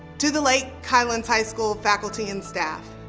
to the lake highlands high school faculty and staff.